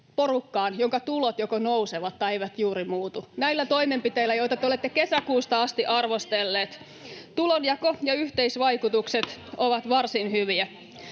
jonka tulot joko nousevat tai eivät juuri muutu. Näillä toimenpiteillä, joita te olette kesäkuusta asti arvostelleet, tulonjako- ja yhteisvaikutukset ovat varsin hyviä.